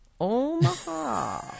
Omaha